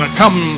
come